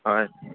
হয়